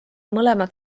mõlemad